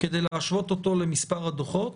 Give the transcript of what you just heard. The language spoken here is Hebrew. כדי להשוות אותו למספר הדוחות.